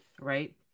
Right